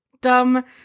dumb